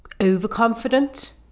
overconfident